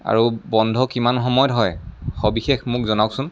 আৰু বন্ধ কিমান সময়ত হয় সবিশেষ মোক জনাওকচোন